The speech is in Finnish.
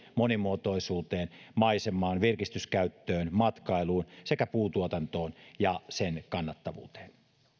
monimuotoisuuteen maisemaan virkistyskäyttöön matkailuun sekä puuntuotantoon ja sen kannattavuuteen